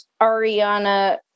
Ariana